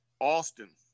Austin